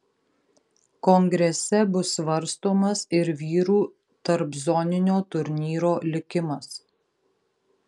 kongrese bus svarstomas ir vyrų tarpzoninio turnyro likimas